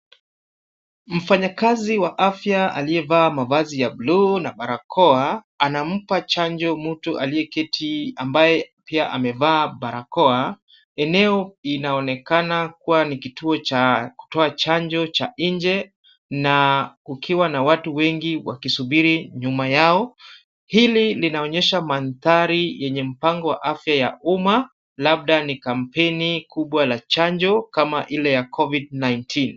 Mfanyakazi wa afya aliyevaa mavazi ya bluu na barakoa anampa chanjo mtu aliyeketi ambaye pia amevaa barakoa. Eneo inaonekana kuwa ni kituo cha kutoa chanjo cha nje na kukiwa na watu wengi wakisubiri nyuma yao, hili linaonyesha mandhari yenye mpango wa afya ya umma, labda ni kampeni kubwa la chanjo kama ile ya Covid-19.